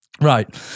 Right